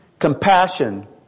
compassion